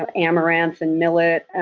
and amaranth and millet,